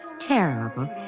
terrible